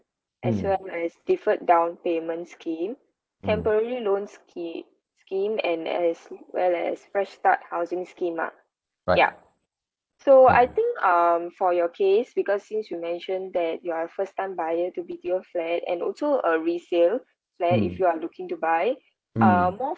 as well as deferred down payment scheme temporary loan sche~ scheme and as well as fresh start housing scheme lah yup so I think um for your case because since you mentioned that you are a first time buyer to B_T_O flat and also a resale flat if you are looking to buy uh more